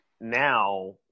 now